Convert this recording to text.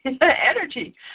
energy